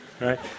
Right